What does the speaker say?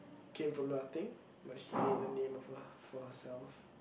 came from nothing but she made a name of her for herself